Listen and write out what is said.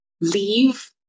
leave